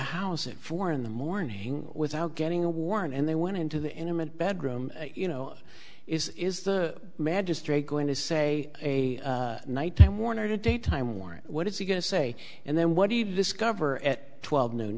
house at four in the morning without getting a warrant and they went into the intimate bedroom you know is is the magistrate going to say a night time warner to daytime warrant what is he going to say and then what do you discover at twelve noon